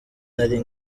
nari